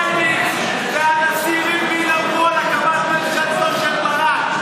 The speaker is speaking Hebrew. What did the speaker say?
ושטייניץ והנשיא ריבלין אמרו על הקמת ממשלתו של ברק.